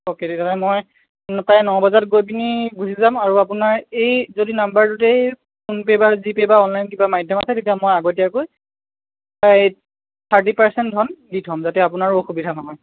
okay তেতিয়া হ'লে মই প্ৰায় ন বজাত গৈ পিনি গুছি যাম আৰু আপোনাৰ এই যদি নাম্বাৰটোতেই ফোন পে' বা জি পে' বা অনলাইন কিবা মাধ্যম আছে তেতিয়া মই আগতীয়াকৈ প্ৰায় থাৰ্টী পাৰ্চেন্ট ধন দি থ'ম যাতে আপোনাৰো অসুবিধা নহয়